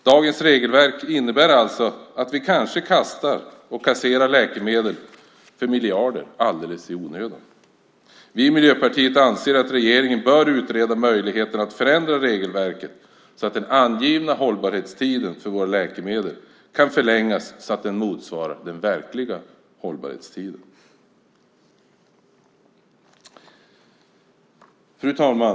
Dagens regelverk innebär alltså att vi kanske kastar och kasserar läkemedel för miljarder alldeles i onödan. Vi i Miljöpartiet anser att regeringen bör utreda möjligheten att förändra regelverket så att den angivna hållbarhetstiden för våra läkemedel kan förlängas så att den motsvarar den verkliga hållbarhetstiden. Fru talman!